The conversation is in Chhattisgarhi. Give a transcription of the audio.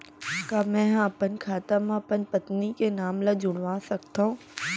का मैं ह अपन खाता म अपन पत्नी के नाम ला जुड़वा सकथव?